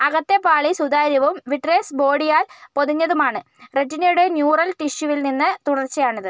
അകത്തേ പാളി സുതാര്യവും വിട്രിയസ് ബോഡിയാൽ പൊതിഞ്ഞതുമാണ് റെറ്റിനയുടെ ന്യൂറൽ ടിഷ്യുവിൽ നിന്ന് തുടർച്ചയാണിത്